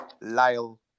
Lyle